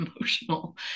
emotional